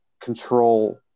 control